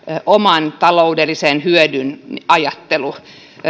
oman taloudellisen hyödyn ajattelu